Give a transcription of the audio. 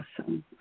awesome